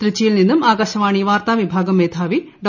തൃച്ചിയിൽ നിന്നും ആകാശവാണി വാർത്താ വിഭാഗം മേധാവി ഡോ